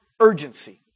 Urgency